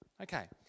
Okay